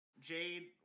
Jade